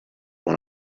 when